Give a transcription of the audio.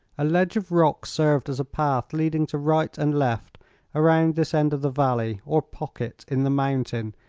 a ledge of rock served as a path leading to right and left around this end of the valley, or pocket in the mountain,